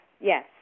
Yes